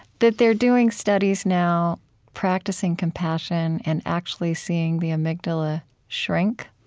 that they're doing studies now practicing compassion and actually seeing the amygdala shrink.